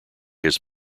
his